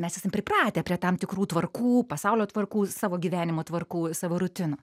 mes esam pripratę prie tam tikrų tvarkų pasaulio tvarkų savo gyvenimo tvarkų savo rutinų